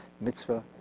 mitzvah